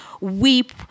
weep